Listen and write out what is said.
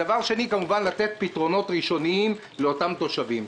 דבר שני הוא כמובן לתת פתרונות ראשוניים לאותם תושבים.